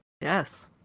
Yes